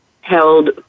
held